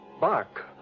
bark